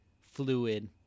fluid